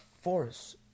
force